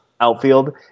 outfield